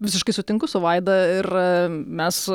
visiškai sutinku su vaida ir mes